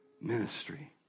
ministry